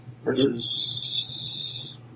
versus